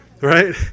Right